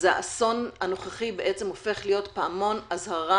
האסון הנוכחי הופך להיות פעמון אזהרה